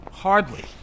Hardly